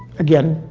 again,